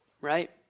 Right